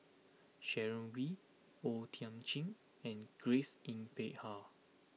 Sharon Wee O Thiam Chin and Grace Yin Peck Ha